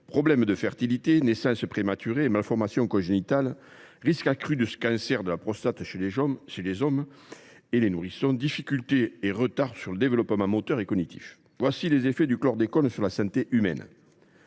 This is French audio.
problèmes de fertilité, naissances prématurées, malformations congénitales, risque accru de cancer de la prostate chez les hommes, difficultés et retards sur le développement moteur et cognitif, tels sont les effets du chlordécone sur la santé humaine.